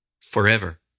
forever